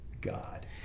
God